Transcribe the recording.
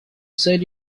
said